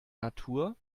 natur